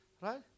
Right